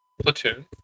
Platoon